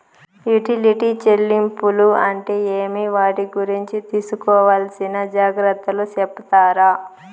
Utility చెల్లింపులు అంటే ఏమి? వాటి గురించి తీసుకోవాల్సిన జాగ్రత్తలు సెప్తారా?